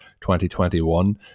2021